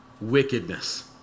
wickedness